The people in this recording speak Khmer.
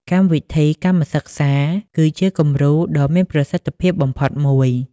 កម្មវិធីកម្មសិក្សា គឺជាគំរូដ៏មានប្រសិទ្ធភាពបំផុតមួយ។